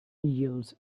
yields